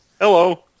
Hello